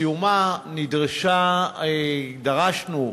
בסיומו דרשנו,